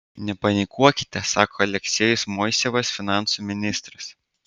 nepanikuokite sako aleksejus moisejevas finansų ministras